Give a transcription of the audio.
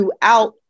throughout